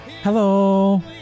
Hello